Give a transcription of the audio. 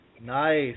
Nice